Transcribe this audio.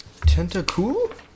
Tentacool